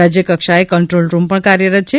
રાજય કક્ષાએ control room પણ કાર્યરત છે